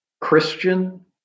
Christian